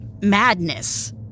madness